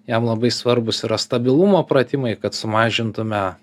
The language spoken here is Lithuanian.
jam labai svarbūs yra stabilumo pratimai kad sumažintume